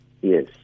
Yes